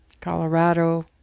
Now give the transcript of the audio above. Colorado